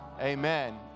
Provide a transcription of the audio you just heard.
amen